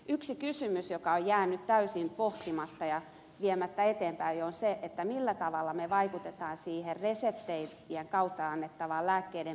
yksi kysymys joka on jäänyt täysin pohtimatta ja viemättä eteenpäin on se millä tavalla me vaikutamme siihen reseptien kautta annettavaan lääkkeiden määrään